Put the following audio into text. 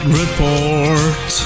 report